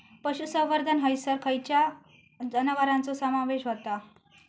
पशुसंवर्धन हैसर खैयच्या जनावरांचो समावेश व्हता?